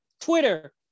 Twitter